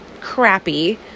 crappy